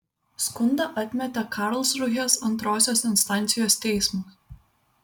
skundą atmetė karlsrūhės antrosios instancijos teismas